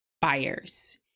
buyers